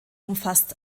umfasst